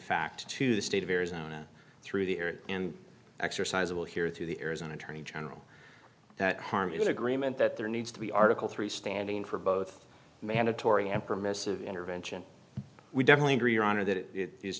fact to the state of arizona through the air and exercise it will hear through the arizona attorney general that harm is agreement that there needs to be article three standing for both mandatory and permissive intervention we definitely agree your honor that it i